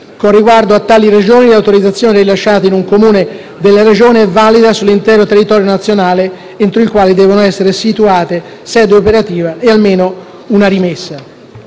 Con riguardo a tali Regioni, l'autorizzazione rilasciata in un Comune della Regione è valida sull'intero territorio regionale, entro il quale devono essere situate sede operativa e almeno una rimessa.